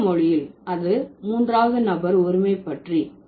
துருக்கிய மொழியில் அது மூன்றாவது நபர் ஒருமைபற்றி